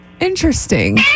interesting